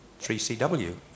3CW